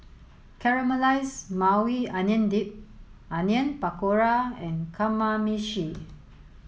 Caramelized Maui Onion Dip Onion Pakora and Kamameshi